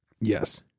Yes